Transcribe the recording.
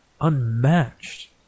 unmatched